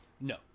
No